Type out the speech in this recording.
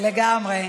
לגמרי.